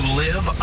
live